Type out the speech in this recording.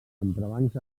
entrebancs